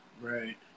Right